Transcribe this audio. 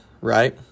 right